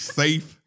safe